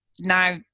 now